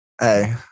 Hey